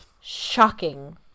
shocking